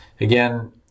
again